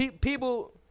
people